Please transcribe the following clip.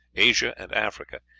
asia, and africa,